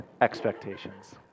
expectations